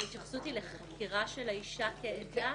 ההתייחסות היא לחקירה של אישה כעדה?